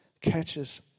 catches